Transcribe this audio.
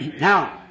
Now